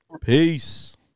Peace